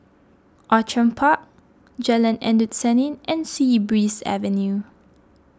Outram Park Jalan Endut Senin and Sea Breeze Avenue